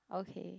okay